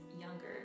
younger